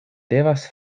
devas